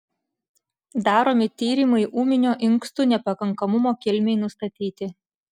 daromi tyrimai ūminio inkstų nepakankamumo kilmei nustatyti